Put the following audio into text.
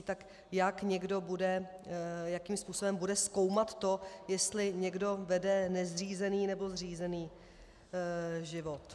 Tak jak někdo bude, jakým způsobem bude zkoumat to, jestli někdo vede nezřízený nebo zřízený život?